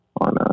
on